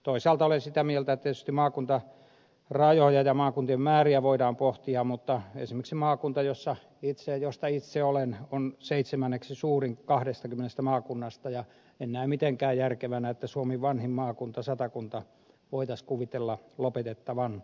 toisaalta olen sitä mieltä että tietysti maakuntarajoja ja maakuntien määriä voidaan pohtia mutta esimerkiksi maakunta josta itse olen on seitsemänneksi suurin kahdestakymmenestä maakunnasta ja en näe mitenkään järkevänä että suomen vanhin maakunta satakunta voitaisiin kuvitella lopetettavan